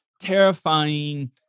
terrifying